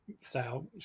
style